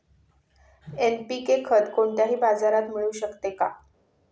NPK खत कोणत्याही बाजारात मिळू शकते का?